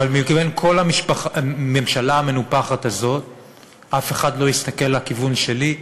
ומכל הממשלה המנופחת הזאת אף אחד לא יסתכל לכיוון שלי,